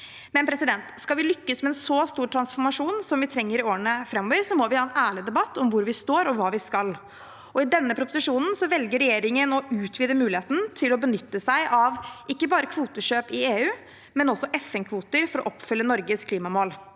den foreligger nå. Skal vi lykkes med en så stor transformasjon som vi trenger i årene framover, må vi ha en ærlig debatt om hvor vi står og hva vi skal. I denne proposisjonen velger regjeringen å utvide muligheten til å benytte seg av ikke bare kvotekjøp i EU, men også FN-kvoter, for å oppfylle Norges klimamål.